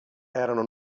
erano